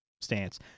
Stance